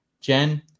Jen